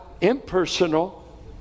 impersonal